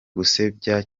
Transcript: gusebanya